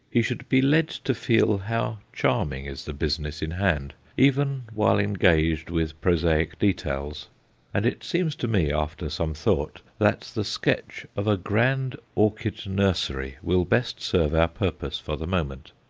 he should be led to feel how charming is the business in hand even while engaged with prosaic details and it seems to me, after some thought, that the sketch of a grand orchid nursery will best serve our purpose for the moment.